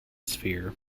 sphere